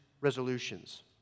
resolutions